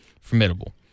formidable